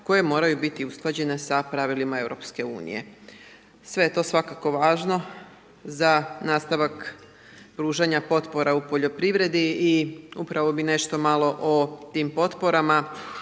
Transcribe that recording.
koje moraju biti usklađene sa pravilima EU. Sve je to svakako važno za nastavak pružanja potpora u poljoprivredi i upravo bi nešto malo o tim potporama,